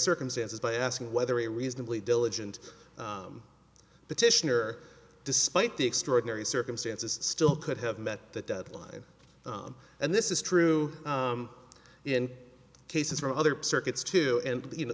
circumstances by asking whether a reasonably diligent petitioner despite the extraordinary circumstances still could have met that deadline and this is true in cases for other circuits to and you know